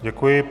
Děkuji.